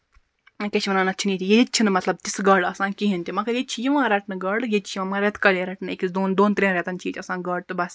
کیاہ چھِ وَنان اَتھ ییٚتہِ چھِنہٕ مطلب تِژھ گاڈٕ آسان کِہیٖنۍ تہِ مَگر ییٚتہِ چھِ یِوان رَٹنہٕ گاڈٕ ییٚتہِ چھِ یِوان مگر ریٚتہٕ کالے رٹنہٕ أکِس دۄن ترٛین رٮ۪تَن چھِ ییٚتہِ آسان ییٚتہِ گاڈٕ تہٕ بَس